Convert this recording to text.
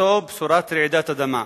שכותרתו "בשורת רעידת האדמה".